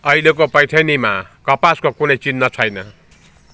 अहिलेको पैठारीमा कपासको कुनै चिह्न छैन